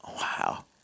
Wow